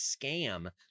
scam